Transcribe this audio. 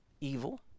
evil